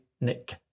Nick